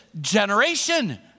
generation